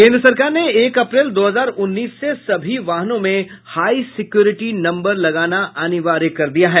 केन्द्र सरकार ने एक अप्रैल दो हजार उन्नीस से सभी वाहनों में हाई सिक्यूरिटी नम्बर लगाना अनिवार्य कर दिया है